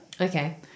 okay